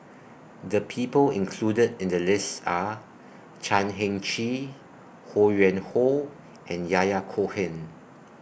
The People included in The list Are Chan Heng Chee Ho Yuen Hoe and Yahya Cohen